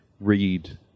read